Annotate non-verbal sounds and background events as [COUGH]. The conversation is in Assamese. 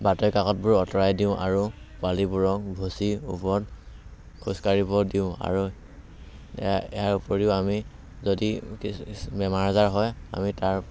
বাতৰি কাকতবোৰ আঁতৰাই দিওঁ আৰু পোৱালিবোৰক ভুচিৰ ওপৰত খোজকাঢ়িব দিওঁ আৰু ইয়াৰ উপৰিও আমি যদি [UNINTELLIGIBLE] বেমাৰ আজাৰ হয় আমি তাৰ